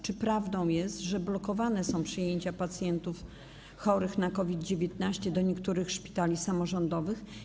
Czy prawdą jest, że blokowane są przyjęcia pacjentów chorych na COVID-19 do niektórych szpitali samorządowych?